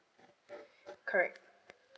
correct